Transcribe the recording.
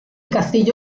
castillo